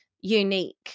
unique